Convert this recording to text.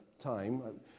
time